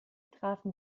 trafen